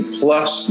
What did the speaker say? plus